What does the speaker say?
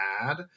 add